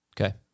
Okay